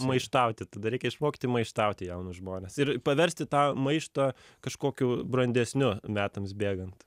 maištauti tada reikia išmokti maištauti jaunus žmones ir paversti tą maištą kažkokiu brandesniu metams bėgant